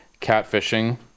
Catfishing